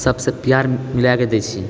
सबसे प्यार मिलाए कऽ दए छै